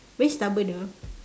very stubborn ah